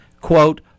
quote